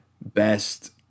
Best